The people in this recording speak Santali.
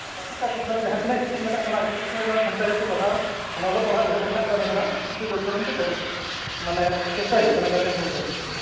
ᱯᱨᱚᱛᱮᱠ ᱴᱤ ᱴᱚᱴᱷᱟ ᱨᱮ ᱡᱟᱦᱟᱸ ᱛᱤᱱᱟᱹᱜ ᱤᱥᱠᱩᱞ ᱢᱮᱱᱟᱜᱼᱟ ᱚᱱᱟ ᱤᱥᱠᱩᱞ ᱠᱚᱨᱮᱫ ᱱᱚᱣᱟ ᱥᱟᱱᱛᱟᱲᱤ ᱛᱮ ᱯᱟᱲᱦᱟᱣ ᱢᱟᱱᱮ ᱚᱞᱚᱜ ᱯᱟᱲᱦᱟᱣ ᱮᱦᱚᱵ ᱨᱮᱱᱟᱜ ᱠᱟᱹᱢᱤ ᱦᱚᱨᱟ ᱠᱤᱱᱛᱩ ᱡᱳᱨ ᱠᱚᱨᱚᱢ ᱛᱮ ᱪᱟᱭᱤᱞᱦᱩᱰ ᱢᱟᱱᱮ ᱪᱮᱥᱴᱟᱭ ᱦᱩᱭᱩᱜ ᱠᱟᱱᱟ ᱜᱟᱨᱡᱮᱱ ᱠᱚ ᱵᱩᱡᱷᱟᱹᱣ ᱠᱟᱛᱮᱫ